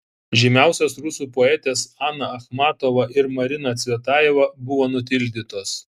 žymiausios rusų poetės ana achmatova ir marina cvetajeva buvo nutildytos